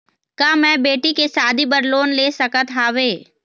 का मैं बेटी के शादी बर लोन ले सकत हावे?